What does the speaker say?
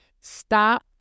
Stop